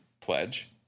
pledge